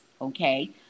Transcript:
okay